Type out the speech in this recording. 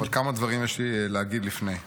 אבל כמה דברים יש לי להגיד לפני כן.